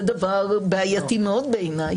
בעיניי